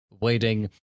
waiting